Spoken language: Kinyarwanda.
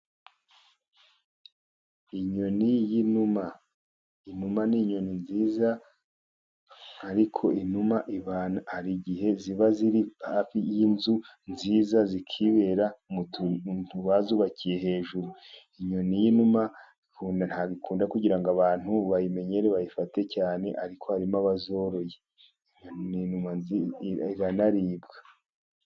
Inyoni y'inuma, inuma ni inyoni nziza ariko inuma abana hari igihe ziba ziri hafi y'inzu nziza zikibera mu tuntu bazubakiye hejuru. Inyoni y'inuma ntabwo ikunda kugira ngo abantu bayimenyere bayifate cyane ariko harimo abazoroye, ni inuma nziza iranaribwa.